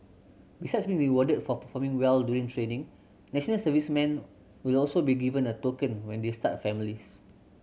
besides being rewarded for performing well during training national servicemen will also be given a token when they start families